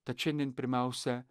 tad šiandien pirmiausia